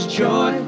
joy